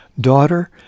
Daughter